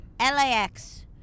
LAX